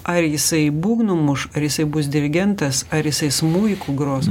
ar jisai būgnu muš ar jisai bus dirigentas ar jisai smuiku gros